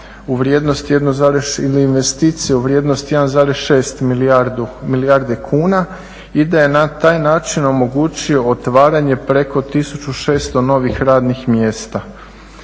u vrijednosti 1,6 milijardi kuna i da je na taj način omogućio otvaranje preko 1600 novih radnih mjesta.